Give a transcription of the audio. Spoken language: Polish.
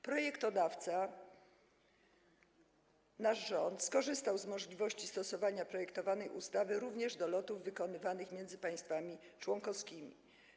Projektodawca, nasz rząd skorzystał z możliwości stosowania projektowanej ustawy również do lotów wykonywanych między państwami członkowskimi.